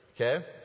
Okay